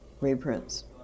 reprints